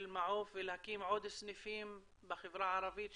מעוף ולהקים עוד סניפים בחברה הערבית?